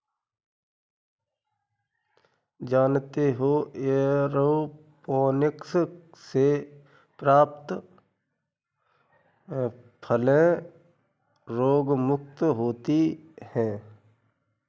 जानते हो एयरोपोनिक्स से प्राप्त फलें रोगमुक्त होती हैं